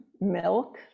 milk